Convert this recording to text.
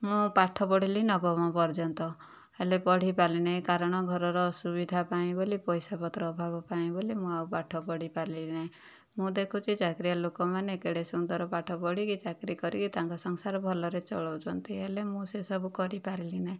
ମୁଁ ପାଠ ପଢ଼ିଲି ନବମ ପର୍ଯ୍ୟନ୍ତ ହେଲେ ପଢ଼ିପାରିଲି ନାଇ କାରଣ ଘରର ଅସୁବିଧା ପାଇଁ ବୋଲି ପଇସା ପତ୍ର ଅଭାବ ପାଇଁ ବୋଲି ମୁଁ ଆଉ ପାଠ ପଢ଼ି ପାରିଲିନାହିଁ ମୁଁ ଦେଖୁଛି ଚାକିରିଆ ଲୋକମାନେ କେଡ଼େ ସୁନ୍ଦର ପାଠ ପଢ଼ିକି ଚାକିରୀ କରିକି ତାଙ୍କ ସଂସାର ଭଲରେ ଚଳଉଛନ୍ତି ହେଲେ ମୁଁ ସେସବୁ କରିପାରିଲି ନାହିଁ